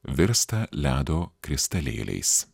virsta ledo kristalėliais